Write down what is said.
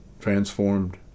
transformed